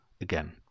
again